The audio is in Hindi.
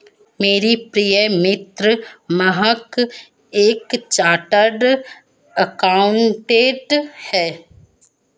मेरी प्रिय मित्र महक एक चार्टर्ड अकाउंटेंट है